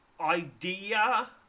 idea